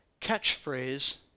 catchphrase